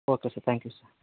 okay sir thank you sir